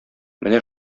менә